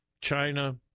China